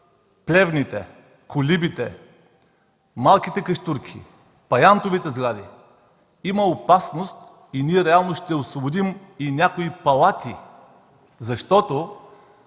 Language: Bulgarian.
плевните, колибите, малките къщурки, паянтовите сгради, има опасност и ние реално ще освободим и някои палати, защото